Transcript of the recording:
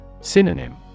Synonym